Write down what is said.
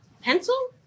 Pencil